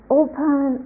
open